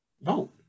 vote